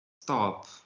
Stop